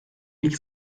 ilk